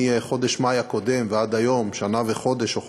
מחודש מאי הקודם ועד היום שנה וחודש או וחודשיים,